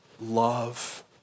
love